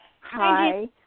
Hi